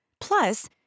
Plus